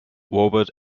robert